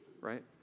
right